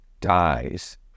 dies